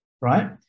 Right